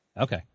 Okay